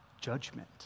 judgment